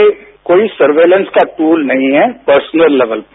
ये कोई सर्वेलेंश का टूल नहीं है पर्सनल लेवल पर